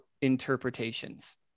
interpretations